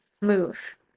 move